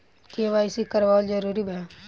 KYC करवावल जरूरी बा?